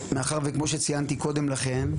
מאחר שכמו שציינתי קודם לכן,